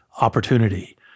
opportunity